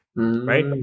right